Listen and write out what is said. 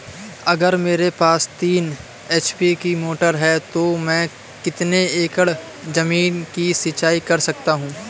अगर मेरे पास तीन एच.पी की मोटर है तो मैं कितने एकड़ ज़मीन की सिंचाई कर सकता हूँ?